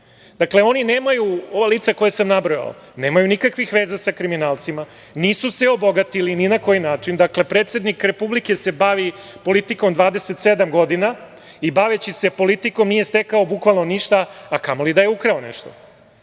Dakle, oni nemaju, ova lica koja sam nabrojao, nemaju nikakvih veza sa kriminalcima, nisu se obogatili ni na koji način. Dakle, predsednik Republike se bavi politikom 27 godina i baveći se politikom nije stekao bukvalno ništa, a kamoli da je ukrao